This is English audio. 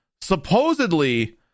supposedly